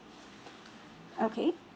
okay